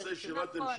אנחנו נעשה ישיבת המשך.